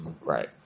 Right